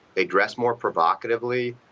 they dress more provocatively.